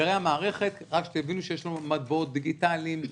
רק שתבינו שיש לנו מטבעות דיגיטליים,